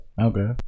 Okay